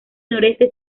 noreste